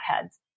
heads